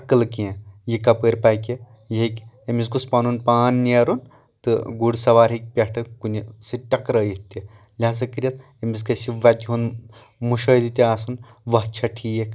عقل کینٛہہ یہِ کپٲرۍ پکہِ یہِ ہٮ۪کہِ أمِس گوٚژھ پنُن پان نیرُن تہٕ گُر سوار ہٮ۪کہِ پٮ۪ٹھٕ کُنہِ سۭتۍ ٹکرٲیِتھ تہِ لہٰذا کٔرتھ أمِس گژھِ وتہِ ہُنٛد مُشٲہرِ تہِ آسُن وتھ چھےٚ ٹھیٖکھ